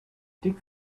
sticks